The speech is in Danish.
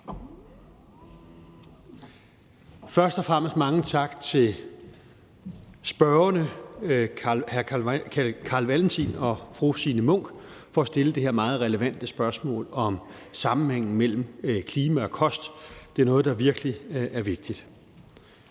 Først og fremmest mange tak til hr. Carl Valentin og fru Signe Munk for at stille det her meget relevante spørgsmål om sammenhængen mellem klima og kost. Det er noget, der virkelig er vigtigt.